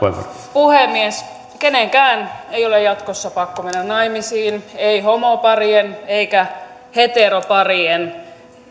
puhemies kenenkään ei ole jatkossa pakko mennä naimisiin ei homoparien eikä heteroparien